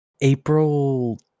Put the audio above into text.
April